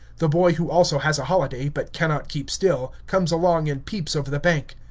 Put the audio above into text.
the boy who also has a holiday, but cannot keep still, comes along and peeps over the bank.